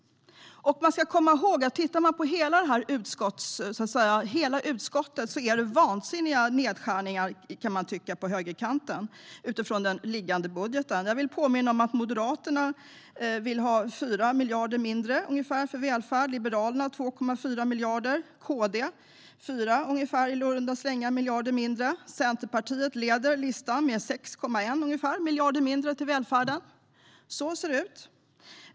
Man ska komma ihåg att det sett till hela utskottet är vansinniga nedskärningar på högerkanten utifrån den liggande budgeten. Jag vill påminna om att Moderaterna vill ha ungefär 4 miljarder mindre till välfärden, Liberalerna 2,4 miljarder mindre och KD i runda slängar 4 miljarder mindre. Centerpartiet leder listan med 6,1 miljarder mindre till välfärden. Så ser det ut.